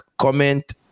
Comment